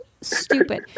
stupid